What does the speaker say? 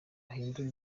bahindura